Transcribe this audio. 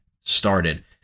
started